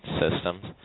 systems